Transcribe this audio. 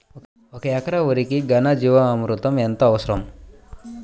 ఒక ఎకరా వరికి ఘన జీవామృతం ఎంత అవసరం?